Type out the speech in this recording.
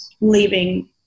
leaving